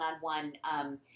one-on-one